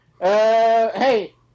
hey